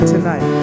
Tonight